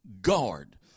guard